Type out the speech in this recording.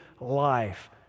life